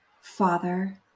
Father